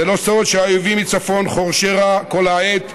זה לא סוד שהאויבים מצפון חורשי רע כל העת,